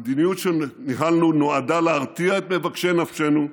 המדיניות שניהלנו נועדה להרתיע את מבקשי נפשנו,